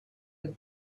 have